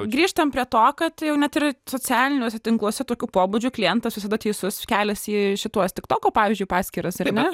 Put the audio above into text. grįžtam prie to kad jau net ir socialiniuose tinkluose tokiu pobūdžiu klientas visada teisus ir keliasi į šituos tiktoko pavyzdžiui paskyras ar ne